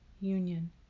union